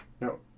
no